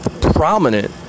prominent